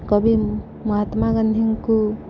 କବି ମହାତ୍ମା ଗାନ୍ଧୀଙ୍କୁ